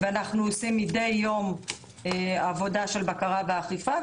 אנחנו עושים מדי יום עבודה של בקרה ואכיפה,